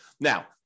Now